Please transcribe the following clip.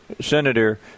Senator